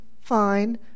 fine